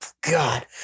God